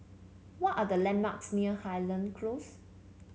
what are the landmarks near Highland Close